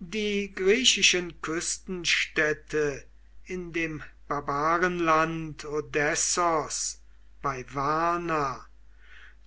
die griechischen küstenstädte in dem barbarenland odessos bei varna